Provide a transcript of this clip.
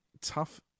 tough